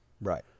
right